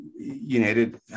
United